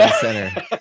center